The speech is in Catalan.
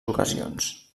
ocasions